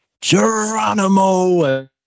geronimo